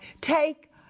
take